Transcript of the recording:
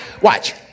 Watch